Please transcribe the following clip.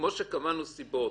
כמו שקבענו סיבות